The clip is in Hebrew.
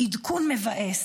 עדכון מבאס,